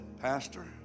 pastor